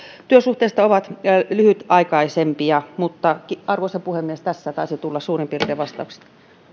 työsuhteista ovat lyhytaikaisempia arvoisa puhemies tässä taisivat tulla suurin piirtein vastaukset